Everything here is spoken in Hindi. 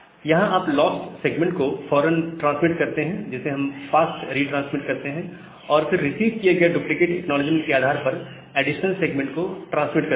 यहां आप लॉस्ट सेगमेंट को फौरन ट्रांसमिट करते हैं जिसे हम फास्ट रिट्रांसमिट कहते हैं और फिर रिसीव किए गए डुप्लीकेट एक्नॉलेजमेंट के आधार पर एडिशनल सेगमेंट को ट्रांसमिट करते हैं